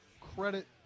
Credit